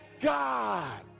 God